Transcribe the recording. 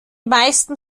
meisten